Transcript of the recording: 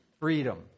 freedom